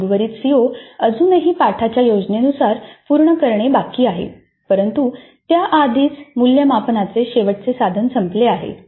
तर उर्वरित सीओ अजूनही पाठाच्या योजनेनुसार पूर्ण करणे बाकी आहे परंतु त्याआधीच मूल्यमापनाचे शेवटचे साधन संपले आहे